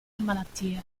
malattie